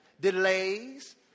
delays